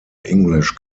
english